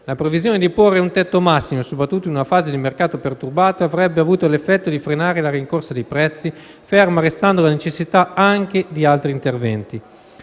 La previsione di porre un tetto massimo, soprattutto in una fase di mercato perturbato, avrebbe avuto l'effetto di frenare la rincorsa dei prezzi, ferma restando la necessità anche di altri interventi.